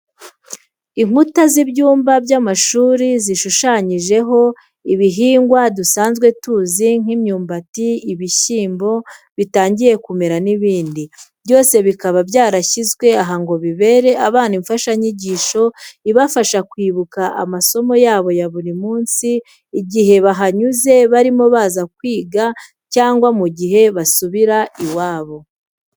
Inkuta z'ibyumba by'amashuri zishushanyijeho ibihingwa dusanzwe tuzi nk'imyumbati, ibishyimbo bitangiye kumera n'ibindi, byose bikaba byarashyizwe aha ngo bibere abana imfashanyigisho ibafasha kwibuka amasomo yabo ya buri munsi igihe bahanyuze barimo baza kwiga cyangwa mu gihe basubira iwabo.